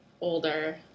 older